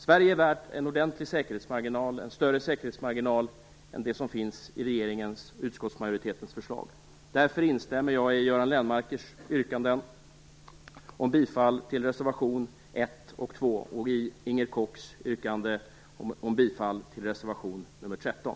Sverige är värt en ordentlig säkerhetsmarginal - en större säkerhetsmarginal än den som finns i regeringens och utskottsmajoritetens förslag. Därför instämmer jag i Göran Lennmarkers yrkanden om bifall till reservation 1 och 2 och i Inger Kochs yrkande om bifall till reservation 13.